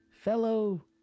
fellow